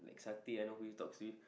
like sati I know who he talk to he